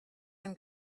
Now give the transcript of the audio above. and